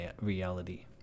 reality